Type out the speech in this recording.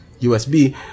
USB